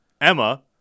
Emma